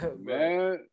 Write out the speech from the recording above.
Man